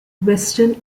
western